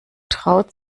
traut